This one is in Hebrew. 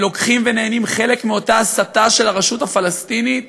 הם לוקחים ונהנים חלק מאותה הסתה של הרשות הפלסטינית,